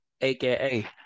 aka